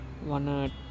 one